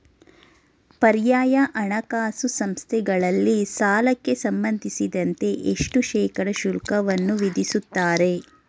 ಪರ್ಯಾಯ ಹಣಕಾಸು ಸಂಸ್ಥೆಗಳಲ್ಲಿ ಸಾಲಕ್ಕೆ ಸಂಬಂಧಿಸಿದಂತೆ ಎಷ್ಟು ಶೇಕಡಾ ಶುಲ್ಕವನ್ನು ವಿಧಿಸುತ್ತಾರೆ?